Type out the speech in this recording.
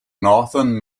northern